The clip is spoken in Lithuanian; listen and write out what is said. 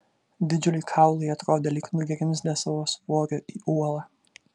didžiuliai kaulai atrodė lyg nugrimzdę savo svoriu į uolą